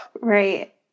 Right